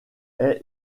est